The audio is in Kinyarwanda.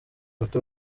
bato